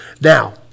now